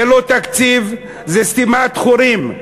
זה לא תקציב, זה סתימת חורים.